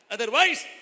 Otherwise